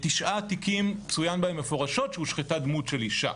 תשעה תיקים צוין בהם מפורשות שהושחתה דמות של אישה.